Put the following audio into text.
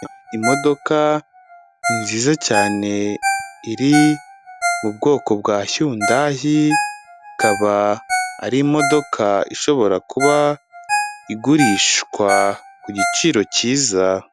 Imodoka nziza cyane iri mu bwoko bwa shyundayi, ikaba ari imodoka ishobora kuba igurishwa ku giciro cyiza.